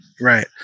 Right